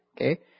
Okay